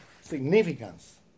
significance